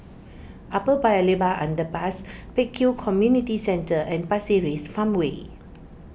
Upper Paya Lebar Underpass Pek Kio Community Centre and Pasir Ris Farmway